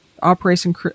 Operation